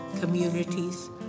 communities